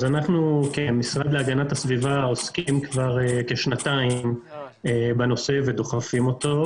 אז אנחנו כמשרד להגנת הסביבה עוסקים כבר כשנתיים בנושא ודוחפים אותו,